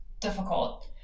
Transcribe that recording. difficult